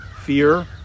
fear